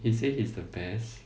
he say he's the best